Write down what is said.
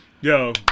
Yo